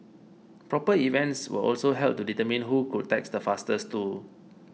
proper events were also held to determine who could text the fastest too